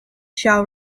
shall